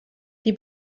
die